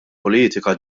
politika